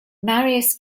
marius